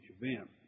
event